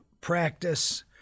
practice